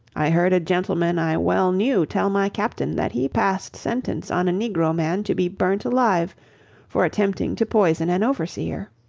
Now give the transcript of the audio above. i heard a gentleman i well knew tell my captain that he passed sentence on a negro man to be burnt alive for attempting to poison an overseer.